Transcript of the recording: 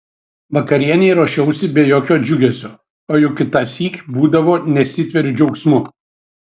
vakarienei ruošiausi be jokio džiugesio o juk kitąsyk būdavo nesitveriu džiaugsmu